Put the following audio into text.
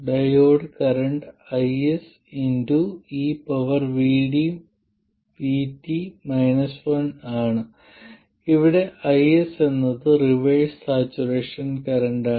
diode current IS ആണ് ഇവിടെ IS എന്നത് റിവേഴ്സ് സാച്ചുറേഷൻ കറന്റാണ്